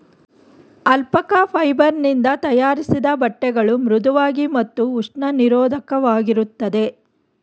alpaca ಫೈಬರ್ ನಿಂದ ತಯಾರಿಸಿದ ಬಟ್ಟೆಗಳು ಮೃಧುವಾಗಿ ಮತ್ತು ಉಷ್ಣ ನಿರೋಧಕವಾಗಿರುತ್ತದೆ